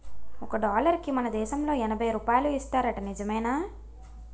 ఒక డాలరుకి మన దేశంలో ఎనబై రూపాయలు ఇస్తారట నిజమేనా